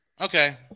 okay